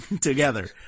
together